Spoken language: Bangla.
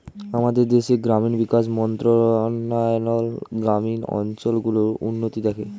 আমাদের দেশের গ্রামীণ বিকাশ মন্ত্রণালয় গ্রামীণ অঞ্চল গুলোর উন্নতি দেখে